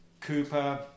Cooper